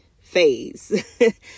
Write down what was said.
phase